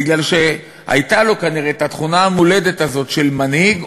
מפני שהייתה לו כנראה התכונה המולדת הזאת של מנהיג,